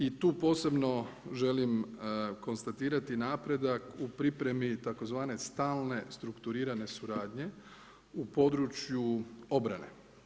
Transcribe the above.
I tu posebno želim konstatirati napredak u pripremi tzv. stalne strukturiranje suradnje u području obrane.